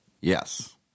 Yes